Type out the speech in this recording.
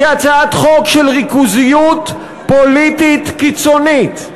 היא הצעת חוק של ריכוזיות פוליטית קיצונית.